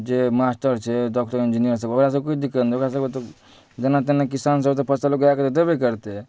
जे मास्टर छै डॉक्टर इन्जीनियरसब ओकरासभके कोइ दिक्कत नहि ओकरासभके तऽ जेना तेना किसानसभ तऽ फसल उगाकऽ देबे करतै